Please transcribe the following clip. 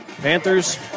Panthers